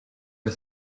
her